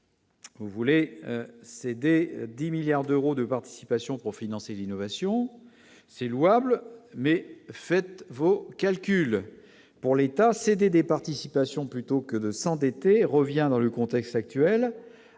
Vous voulez céder 10 milliards d'euros de participation pour financer l'innovation c'est louable, mais faites vos calculs pour l'État, céder des participations, plutôt que de s'endetter revient dans le contexte actuel